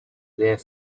their